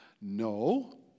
No